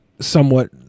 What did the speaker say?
somewhat